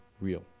real